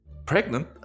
Pregnant